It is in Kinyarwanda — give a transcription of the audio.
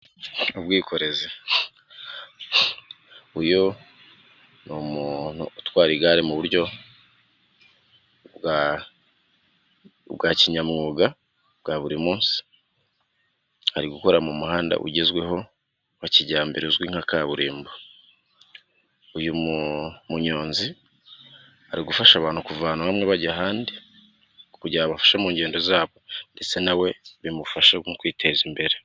Ubwikorezi .uyu ni umuntu utwara igare mu buryo bwa kinyamwuga bwa buri munsi, ari gukora mu muhanda ugezweho wa kijyambere uzwi nka kaburimbo. Uyu munyonzi ari gufasha abantu kuva hamwe abajyana ahandi kugira ngo abafashe mu ingendo zabo ndetse na we bimufasha mu kwiteza imbere.